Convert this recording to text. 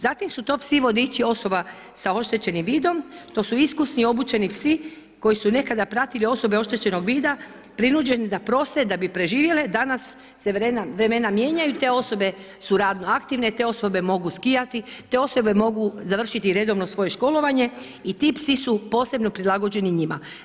Zatim su to psi vodiči osoba sa oštećenim vidom, to su iskusni obučeni psi koji su nekada pratili osobe oštećenog vida prinuđeni da prose, da bi preživjele, da nas se vremena mijenjanju, te osobe su radno aktivne, te osobe mogu skijati, te osobe mogu završiti redovno svoje školovanje i ti psi su posebno prilagođeni njima.